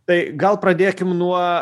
tai gal pradėkim nuo